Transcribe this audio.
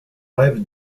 rêve